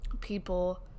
people